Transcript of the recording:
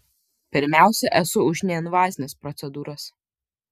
pirmiausia esu už neinvazines procedūras